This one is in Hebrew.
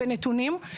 בנתונים.